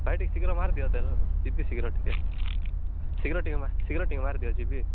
ଭାଇ ଟିକେ ଶୀଘ୍ର ମାରିଦିଅ ତେଲ ଯିବି ଶୀଘ୍ର ଟିକେ ଶୀଘ୍ର ଟିକେ ଶୀଘ୍ର ଟିକେ ମାରିଦିଅ ଯିବି